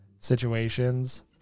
situations